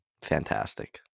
Fantastic